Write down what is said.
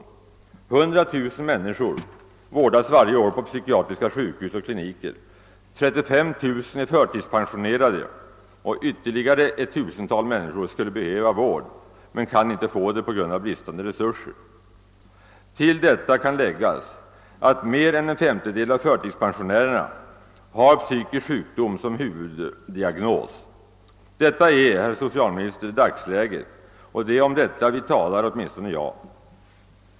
100 000 människor vårdas varje år på psykiatriska sjukhus och kliniker, 35 000 är förtidspensionerade, och ytterligare ett tusental människor skulle behöva vård men kan inte få det på grund av bristande resurser. Till detta kan läggas att mer än en femtedel av förtidspensionärerna har psykisk sjukdom som huvuddiagnos. | Detta är, herr socialminister, dagsläget, och det är om detta vi talar, åtminstone jag.